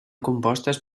compostes